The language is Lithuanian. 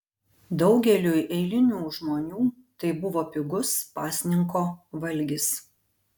daugeliui eilinių žmonių tai buvo pigus pasninko valgis